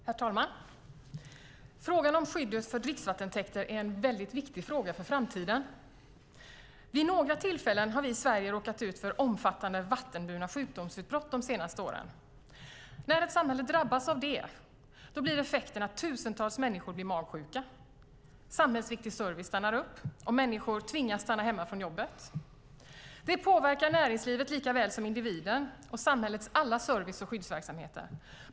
Herr talman! Frågan om skydd för dricksvattentäkter är viktig för framtiden. Vid några tillfällen de senaste åren har vi i Sverige råkat ut för omfattande vattenburna sjukdomsutbrott. När ett samhälle drabbas av det blir effekten att tusentals människor blir magsjuka, att samhällsviktig service stannar upp och att människor tvingas stanna hemma från jobbet. Det påverkar såväl näringslivet som individen och samhällets alla service och skyddsverksamheter.